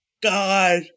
God